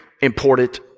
important